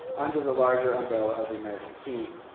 under the larger umbrella of the american scene.